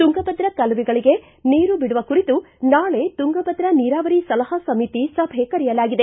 ತುಂಗಭದ್ರ ಕಾಲುವೆಗಳಗೆ ನೀರು ಬಿಡುವ ಕುರಿತು ನಾಳೆ ತುಂಗಭದ್ರ ನೀರಾವರಿ ಸಲಹಾ ಸಮಿತಿ ಸಭೆ ಕರೆಯಲಾಗಿದೆ